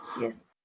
Yes